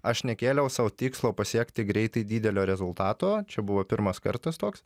aš nekėliau sau tikslo pasiekti greitai didelio rezultato čia buvo pirmas kartas toks